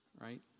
right